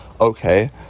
okay